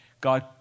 God